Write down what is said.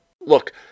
Look